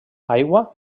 aigua